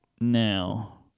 now